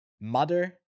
Mother